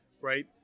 right